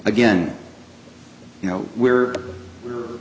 again you know we're we're